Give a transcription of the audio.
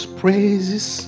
praises